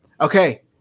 Okay